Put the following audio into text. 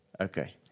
Okay